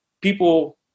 people